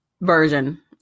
version